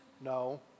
No